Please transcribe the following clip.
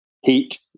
Heat